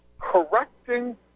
correcting